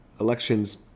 elections